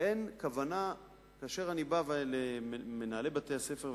כאשר אני בא למנהלי בתי-הספר,